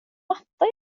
matta